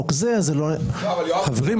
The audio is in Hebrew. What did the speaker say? חברים,